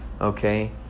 okay